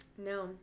no